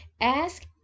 Ask